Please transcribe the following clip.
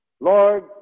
Lord